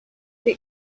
they